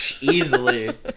easily